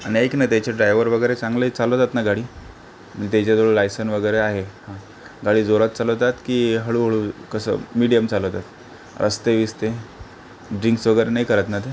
आणि ऐक ना त्याचे ड्रायव्हर वगैरे चांगली चालवतात ना गाडी त्याच्याजवळ लायसन वगैरे आहे गाडी जोरात चालवतात की हळूहळू कसं मिडीयम चालवतात अस्ते विस्ते ड्रिंक्स वगैरे नाही करत ना ते